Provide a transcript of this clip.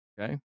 Okay